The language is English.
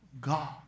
God